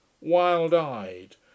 wild-eyed